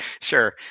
Sure